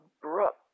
abrupt